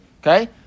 Okay